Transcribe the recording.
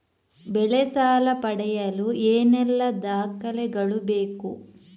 ಬೆಳೆ ಸಾಲ ಪಡೆಯಲು ಏನೆಲ್ಲಾ ದಾಖಲೆಗಳು ಬೇಕು?